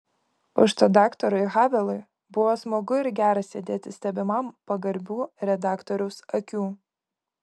užtai daktarui havelui buvo smagu ir gera sėdėti stebimam pagarbių redaktoriaus akių